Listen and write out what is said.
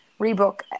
Rebook